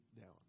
down